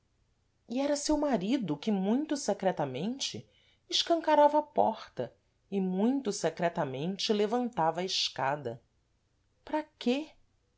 e era seu marido que muito secretamente escancarava a porta e muito secretamente levantava a escada para que